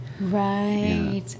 Right